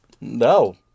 No